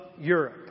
Europe